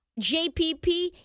JPP